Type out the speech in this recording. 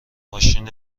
ماشین